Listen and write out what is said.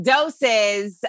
Doses